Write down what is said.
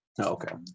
Okay